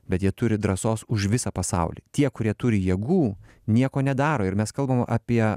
bet jie turi drąsos už visą pasaulį tie kurie turi jėgų nieko nedaro ir mes kalbam apie